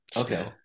okay